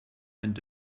and